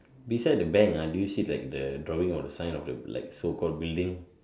beside the bank ah do you see like the drawing or the sign of the like the so called building